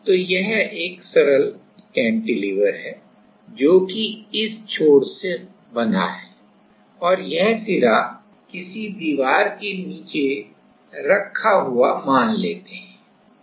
तो यह एक सरल कैंटिलीवर है जो कि इस छोर पर बंधा है और यह सिरा किसी दीवार के नीचे रखा मान लेते हैं